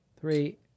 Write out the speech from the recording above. three